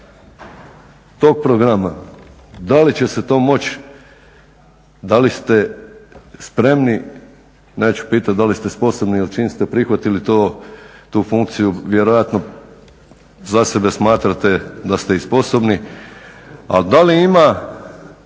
tog programa, da li će se to moći, da li ste spremni, neću pitat da li ste sposobni jer čim ste prihvatili tu funkciju vjerojatno za sebe smatrate da ste i sposobni, a da li ima